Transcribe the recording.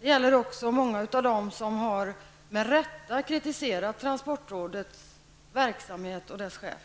Detta gäller också många av dem som med rätta har kritiserat transportrådets verksamhet och dess chef.